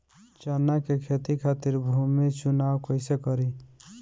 चना के खेती खातिर भूमी चुनाव कईसे करी?